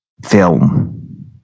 Film